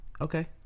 Okay